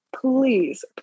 please